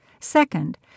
Second